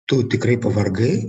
tu tikrai pavargai